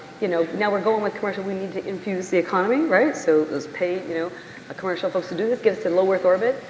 you know now we're going with commercial, we need to infuse the economy, right, so let's pay you know commercial folks to do this, give us a low earth orbit.